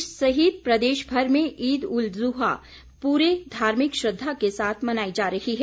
देश सहित प्रदेशभर में ईद उल जुहा पूरे धार्मिक श्रद्धा के साथ मनाई जा रही है